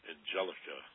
Angelica